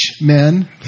men